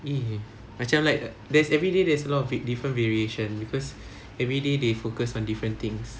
eh macam like there's everyday there's a lot of different variation because everyday they focus on different things